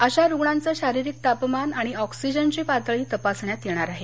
अशा रुग्णांचं शारिरीक तापमान आणि ऑक्सीजनची पातळी तपासण्यात येणार आहे